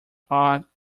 are